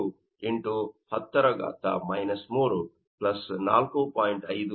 83 x 10 3 4